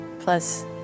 plus